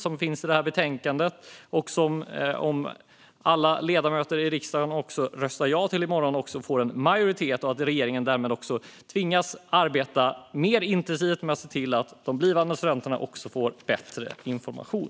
Om alla dessa ledamöter röstar ja till den i morgon stöds den av en majoritet, och då tvingas regeringen arbeta mer intensivt med att se till att blivande studenter får bättre information.